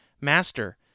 Master